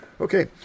Okay